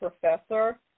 professor